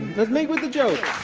let's make with the jokes